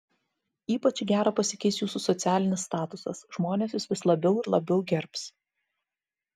ypač į gerą pasikeis jūsų socialinis statusas žmonės jus vis labiau ir labiau gerbs